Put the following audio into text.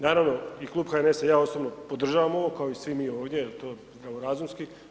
Naravno i Klub HNS-a i ja ovo osobno podržavam ovo kao i svi mi ovdje jer to je zdravorazumski.